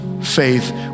faith